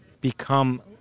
become